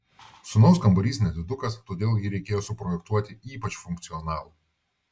sūnaus kambarys nedidukas todėl jį reikėjo suprojektuoti ypač funkcionalų